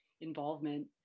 involvement